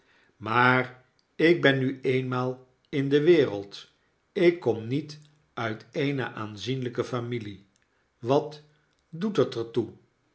maar ik ben nu eenmaal in de wereld ik kom niet uit eene aanzienlyke familie watdoethet er toe